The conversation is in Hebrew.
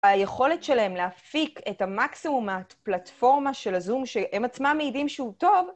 היכולת שלהם להפיק את המקסימום מהפלטפורמה של הזום שהם עצמם מעידים שהוא טוב.